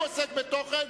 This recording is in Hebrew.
הוא עוסק בתוכן,